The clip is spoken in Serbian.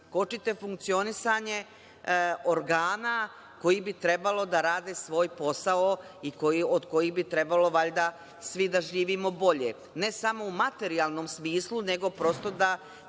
kočite funkcionisanje organa koji bi trebalo da rade svoj posao i od kojih bi trebalo valjda svi da živimo bolje, ne samo u materijalnom smislu, nego prosto da